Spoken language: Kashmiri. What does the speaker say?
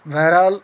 بہرحال